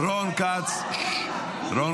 רון כץ הסיר.